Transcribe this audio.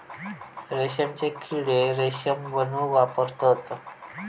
रेशमचे किडे रेशम बनवूक वापरतत